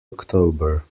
october